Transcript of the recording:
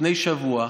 לפני שבוע,